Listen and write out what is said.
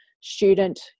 student